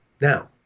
Now